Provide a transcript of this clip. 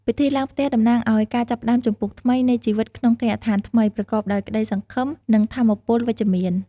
ពិធីឡើងផ្ទះតំណាងឲ្យការចាប់ផ្ដើមជំពូកថ្មីនៃជីវិតក្នុងគេហដ្ឋានថ្មី ប្រកបដោយក្ដីសង្ឃឹម និងថាមពលវិជ្ជមាន។